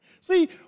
See